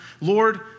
Lord